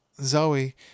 Zoe